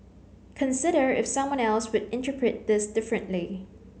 consider if someone else would interpret this differently